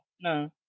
no